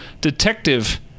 Detective